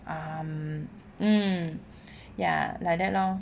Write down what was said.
um um ya like that lor